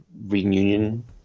reunion